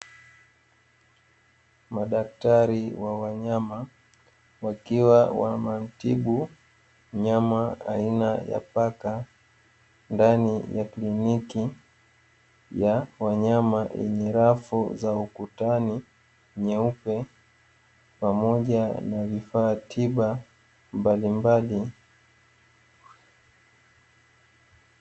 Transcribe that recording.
Madaktari wa wanyama wakiwa wanamtibu mnyama aina ya paka ndani ya kliniki ya wanyama yenye rafu za ukutani nyeupe pamoja na vifaa tiba mbalimbali.